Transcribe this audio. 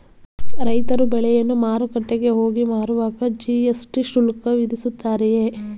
ರೈತರು ಬೆಳೆಯನ್ನು ಮಾರುಕಟ್ಟೆಗೆ ಹೋಗಿ ಮಾರುವಾಗ ಜಿ.ಎಸ್.ಟಿ ಶುಲ್ಕ ವಿಧಿಸುತ್ತಾರೆಯೇ?